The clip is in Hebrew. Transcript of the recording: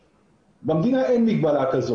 במדינה אין מגבלה כזאת.